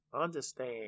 understand